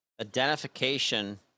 identification